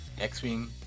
X-Wing